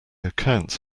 accounts